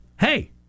hey